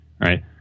right